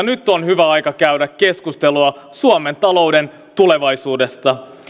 nyt on hyvä aika käydä keskustelua suomen talouden tulevaisuudesta